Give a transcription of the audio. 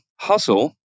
hustle